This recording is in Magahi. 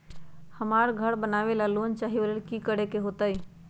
हमरा घर बनाबे ला लोन चाहि ओ लेल की की करे के होतई?